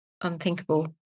unthinkable